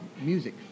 music